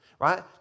right